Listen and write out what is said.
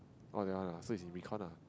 oh that one ah so is in recon ah